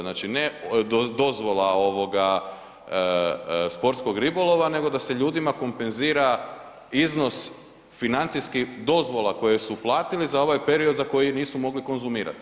Znači ne dozvola ovoga sportskog ribolova nego da se ljudima kompenzira iznos financijski dozvola koje su platili za ovaj period za koji nisu mogli konzumirati.